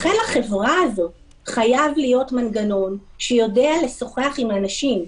לכן בחברה הזאת חייב להיות מנגנון שיודע לשוחח עם האנשים,